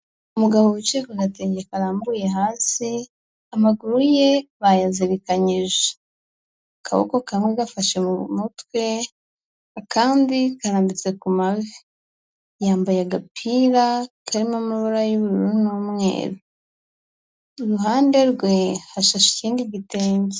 Umugabo wicaye ku gatenge karambuye hasi amaguru ye bayazirikanyije, akaboko kamwe gafashe mu mutwe, akandi karambitse ku mavi, yambaye agapira karimo amara y'ubururu n'umweru, iruhande rwe hashashe ikindi gitenge.